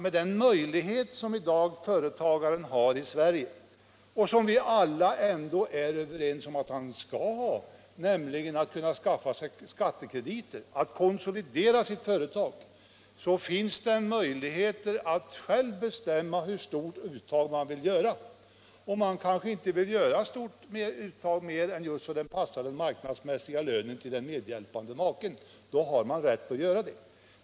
En företagare i Sverige har i dag — och vi är alla överens om att han skall ha det — möjlighet att skaffa sig skattekrediter och konsolidera sitt företag, och därmed har han möjlighet att själv bestämma hur stort uttag han vill göra. Man kanske inte vill göra ett större uttag än som motsvarar marknadsmässig lön till den medhjälpande maken, och då får man rätt att göra det.